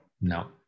No